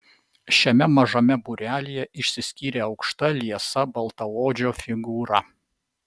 šiame mažame būrelyje išsiskyrė aukšta liesa baltaodžio figūra